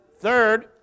Third